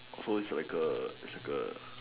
so it's like a it's like a